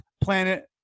Planet